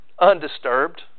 undisturbed